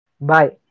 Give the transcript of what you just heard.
Bye